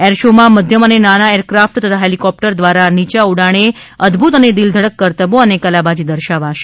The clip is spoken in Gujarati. એર શોમાં મધ્યમ અને નાના ચેરક્રાફટ તથા હેલીકોપ્ટર દ્વારા નીયા ઉડાણે અદભૂત અને દિલધડક કરતબો અને કલાબાજી દર્શાવાશે